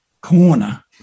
corner